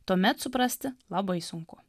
tuomet suprasti labai sunku